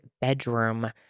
bedroom